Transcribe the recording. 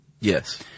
Yes